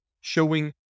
showing